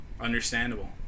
understandable